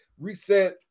reset